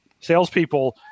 Salespeople